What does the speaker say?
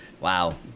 Wow